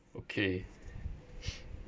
okay